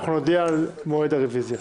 אנחנו נודיע על מועד הרוויזיה.